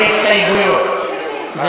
זה